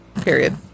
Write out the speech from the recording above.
period